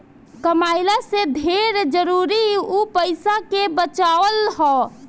कमइला से ढेर जरुरी उ पईसा के बचावल हअ